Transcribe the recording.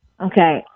Okay